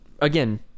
Again